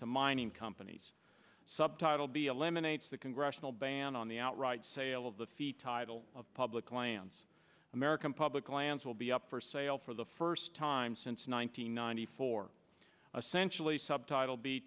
to mining companies subtitle b eliminates the congressional ban on the outright sale of the fi title of public lands american public lands will be up for sale for the first time since one nine hundred ninety four a sensually subtitle b